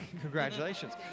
Congratulations